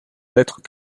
lettres